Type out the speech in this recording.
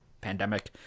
pandemic